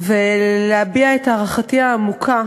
ולהביע את הערכתי העמוקה